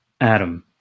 Adam